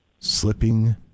Slipping